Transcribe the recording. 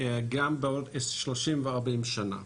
גם בעוד 30 ו-40 שנה.